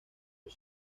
los